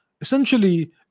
essentially